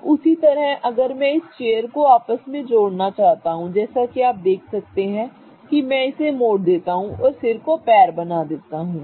अब उसी तरह अगर मैं इस चेयर को आपस में जोड़ना चाहता हूं जैसा कि आप देख सकते हैं कि मैं इसे मोड़ देता हूं और सिर को पैर बना देता हूं